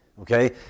okay